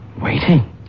Waiting